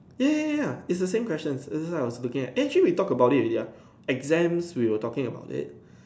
ya ya ya it's the same questions that's why I was looking at actually we talked about it already ah exams we were talking about it